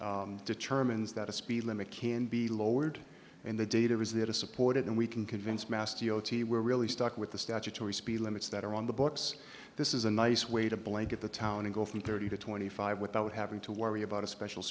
that determines that a speed limit can be lowered and the data is there to support it and we can convince masti o t we're really stuck with the statutory speed limits that are on the books this is a nice way to blanket the town and go from thirty to twenty five without having to worry about a special